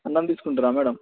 అన్నం తీసుకుంటారా మ్యాడమ్